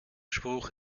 spruch